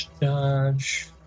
dodge